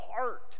heart